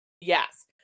Yes